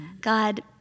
God